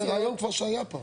זה רעיון שהיה פעם.